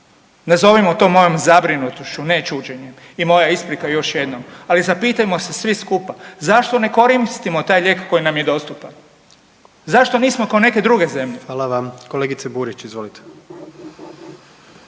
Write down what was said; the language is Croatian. Nazovimo to mojom zabrinutošću, ne čuđenjem i moja isprika još jednom. Ali zapitajmo se svi skupa zašto ne koristimo taj lijek koji nam je dostupan. Zašto nismo k'o neke druge zemlje? **Jandroković, Gordan